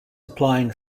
applying